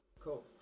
Cool